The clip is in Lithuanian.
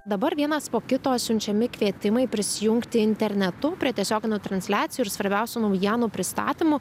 dabar vienas po kito siunčiami kvietimai prisijungti internetu prie tiesioginių transliacijų ir svarbiausių naujienų pristatymų